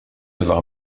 avoir